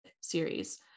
series